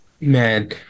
Man